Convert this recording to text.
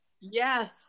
Yes